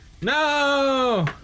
no